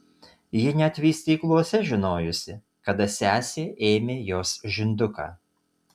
ji net vystykluose žinojusi kada sesė ėmė jos žinduką